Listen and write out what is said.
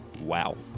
Wow